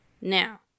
Now